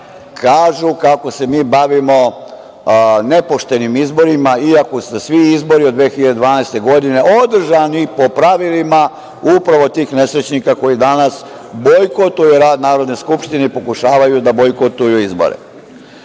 kažu kako se mi bavimo nepoštenim izborima, i ako su svi izbori od 2012. godine, održani po pravilima upravo tih nesrećnika koji danas bojkotuju rad Narodne Skupštine i pokušavaju da bojkotuju izbore. Na